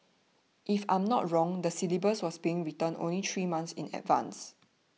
if I'm not wrong the syllabus was being written only three months in advance